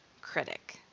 critic